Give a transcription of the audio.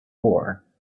war